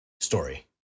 story